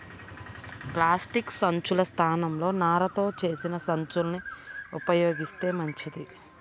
plastic సంచుల స్థానంలో నారతో చేసిన సంచుల్ని ఉపయోగిత్తే మంచిది